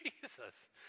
Jesus